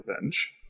revenge